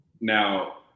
Now